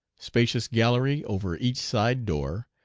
spacious gallery over each side door,